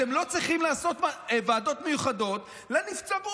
אתם לא צריכים לעשות ועדות מיוחדות לנבצרות,